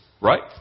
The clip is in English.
right